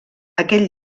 aquell